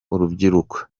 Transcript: urubyiruko